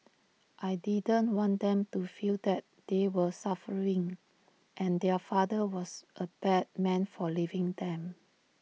I didn't want them to feel that they were suffering and their father was A bad man for leaving them